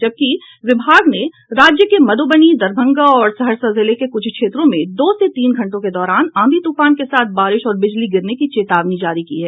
जबकि विभाग ने राज्य के मधुबनी दरभंगा और सहरासा जिले के कुछ क्षेत्रों में दो से तीन घंटे के दौरान आंधी तूफान के साथ बारिश और बिजली गिरने की चेतावनी जारी की है